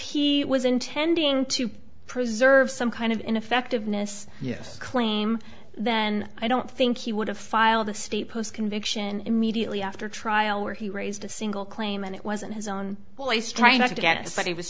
he was intending to preserve some kind of ineffectiveness yes claim then i don't think he would have filed a state post conviction immediately after trial where he raised a single claim and it wasn't his own place trying to get some he was